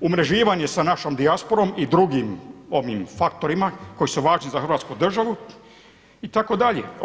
umrežavanje sa našom dijasporom i drugim faktorima koji su važni za Hrvatsku državu itd.